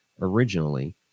originally